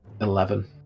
Eleven